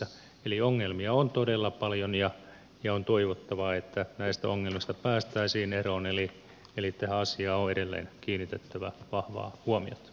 eli ongelmia on todella paljon ja on toivottavaa että näistä ongelmista päästäisiin eroon eli tähän asiaan on edelleen kiinnitettävä vahvaa huomiota